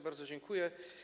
Bardzo dziękuję.